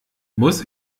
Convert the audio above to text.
muss